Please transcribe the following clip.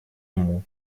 ему